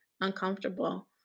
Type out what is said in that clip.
uncomfortable